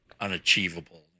unachievable